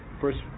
first